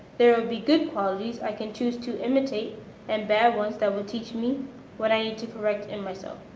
there will be good qualities i can choose to imitate and bad ones that will teach me what i need to correct in myself.